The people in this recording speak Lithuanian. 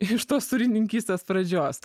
iš tos sūrininkystės pradžios